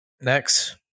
Next